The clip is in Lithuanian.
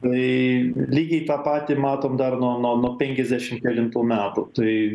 tai lygiai tą patį matom dar nuo nuo nuo penkiasdešim kelintų metų tai